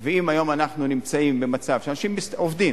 אם אנחנו נמצאים היום במצב שאנשים עובדים